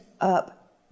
up